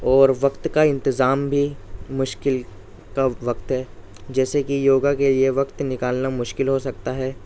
اور وقت کا انتظام بھی مشکل کا وقت ہے جیسے کہ یوگا کے لیے وقت نکالنا مشکل ہو سکتا ہے